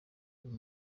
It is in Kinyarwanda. uyu